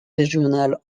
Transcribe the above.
régionale